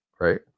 right